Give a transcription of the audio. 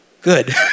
good